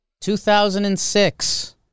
2006